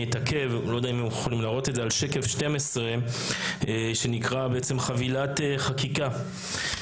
אני אתעכב על שקף 12 שנקרא "חבילת חקיקה",